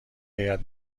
هیات